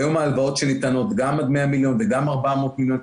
והיום ההלוואות שניתנות גם עד 100 מיליון וגם עד 400 מיליון,